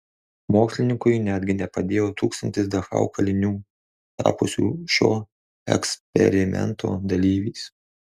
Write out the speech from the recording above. mokslininkui netgi nepadėjo tūkstantis dachau kalinių tapusių šio eksperimento dalyviais